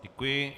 Děkuji.